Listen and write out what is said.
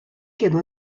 quedó